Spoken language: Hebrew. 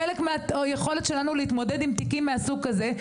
חלק מהיכולת שלנו להתמודד עם תיקים מהסוג הזה,